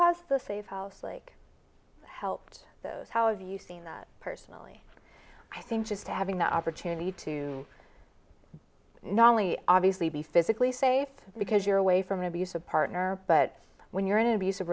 has the safe house like helped those how have you seen that personally i think just having the opportunity to not only obviously be physically safe because you're away from an abusive partner but when you're in an abusive